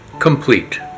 complete